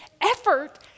effort